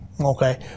okay